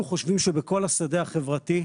אנחנו חושבים שבכל השדה החברתי,